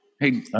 Hey